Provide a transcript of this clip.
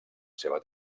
seva